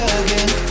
again